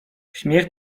śmiech